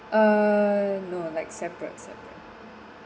uh no like separate separate